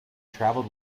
traveled